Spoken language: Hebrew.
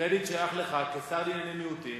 הקרדיט שייך לך כשר לענייני מיעוטים.